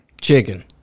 Chicken